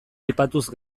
aipatuz